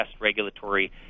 regulatory